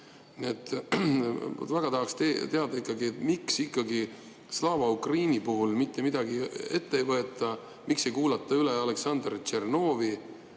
Väga tahaks teada, miks ikkagi Slava Ukraini puhul mitte midagi ette ei võeta. Miks ei kuulata üle Oleksandr Tšernovi,